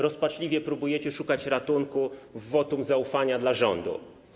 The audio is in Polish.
Rozpaczliwie próbujecie szukać ratunku w wotum zaufania dla rządu.